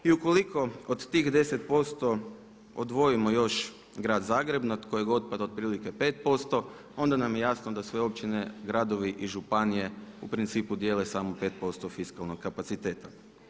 I ukoliko od tih 10% odvojimo još Grad Zagreb na kojeg otpada otprilike 5% onda nam je jasno da sve općine, gradovi i županije u principu dijele samo 5% fiskalnog kapaciteta.